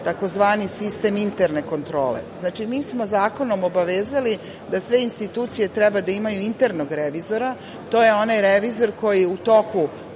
tzv. sistem interne kontrole. Znači, mi smo zakonom obavezali da sve institucije treba da imaju internog revizora. To je onaj revizor koji u toku